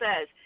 says